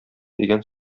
дигән